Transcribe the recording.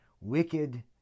wicked